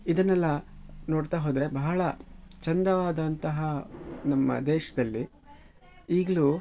ಇದನ್ನೆಲ್ಲ ನೋಡ್ತಾ ಹೋದರೆ ಬಹಳ ಚಂದವಾದಂತಹ ನಮ್ಮ ದೇಶದಲ್ಲಿ ಈಗಲೂ